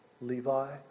Levi